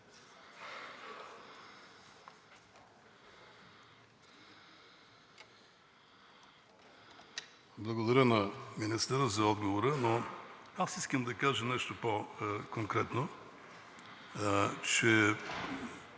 Благодаря на Министъра за отговора. Аз искам да кажа нещо по-конкретно, че